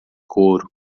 couro